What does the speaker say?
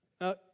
Now